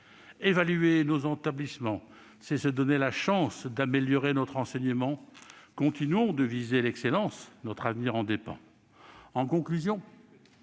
Évaluer nos établissements, c'est nous donner la chance d'améliorer notre enseignement. Continuons de viser l'excellence ; notre avenir en dépend. En conclusion,